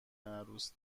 عروس